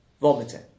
Vomiting